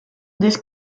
disc